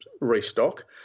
restock